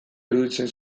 iruditzen